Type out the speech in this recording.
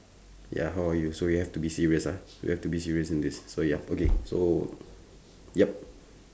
ya how are you so we have to be serious ah we have to be serious in this so ya okay so yup